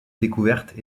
découvertes